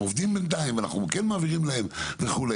הם עובדים בינתיים ואנחנו כן מעבירים להם וכו'.